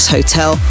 Hotel